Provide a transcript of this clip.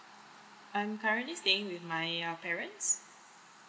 I'm currently staying with my uh parents